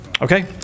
Okay